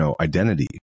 identity